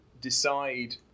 decide